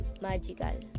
magical